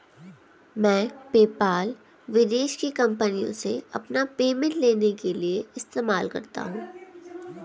मैं पेपाल विदेश की कंपनीयों से अपना पेमेंट लेने के लिए इस्तेमाल करता हूँ